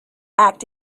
act